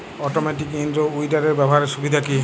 Automatic in row উইডারের ব্যবহারের সুবিধা কি?